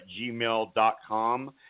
gmail.com